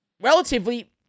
relatively